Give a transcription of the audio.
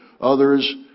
others